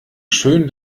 schön